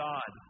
God